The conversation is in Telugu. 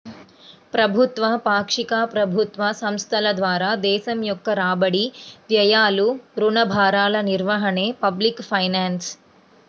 ప్రభుత్వ, పాక్షిక ప్రభుత్వ సంస్థల ద్వారా దేశం యొక్క రాబడి, వ్యయాలు, రుణ భారాల నిర్వహణే పబ్లిక్ ఫైనాన్స్